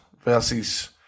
versus